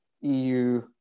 EU